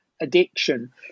addiction